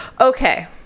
Okay